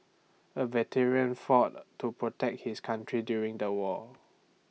the veteran fought to protect his country during the war